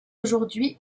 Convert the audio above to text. aujourd’hui